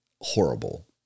horrible